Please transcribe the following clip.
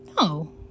No